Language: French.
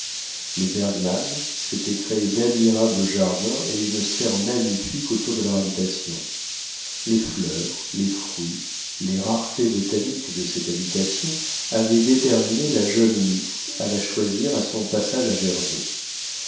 les bergmann s'étaient créé d'admirables jardins et une serre magnifique autour de leur habitation les fleurs les fruits les raretés botaniques de cette habitation avaient déterminé la jeune miss à la choisir à son passage à